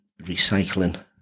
recycling